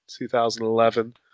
2011